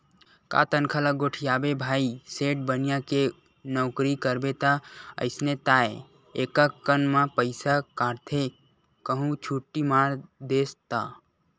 का तनखा ल गोठियाबे भाई सेठ बनिया के नउकरी करबे ता अइसने ताय एकक कन म पइसा काटथे कहूं छुट्टी मार देस ता